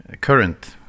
current